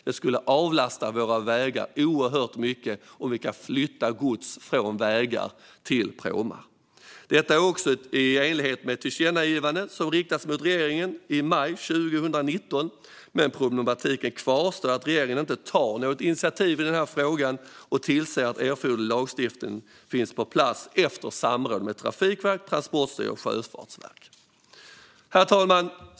Det skulle avlasta våra vägar oerhört mycket om vi kunde flytta gods från vägar till pråmar. Detta är också i enlighet med ett tillkännagivande som riktades till regeringen i maj 2019. Problematiken med att regeringen inte tar något initiativ i den här frågan kvarstår dock. Man tillser inte att erforderlig lagstiftning finns på plats efter samråd med Trafikverket, Transportstyrelsen och Sjöfartsverket. Herr talman!